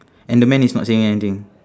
and the man is not saying anything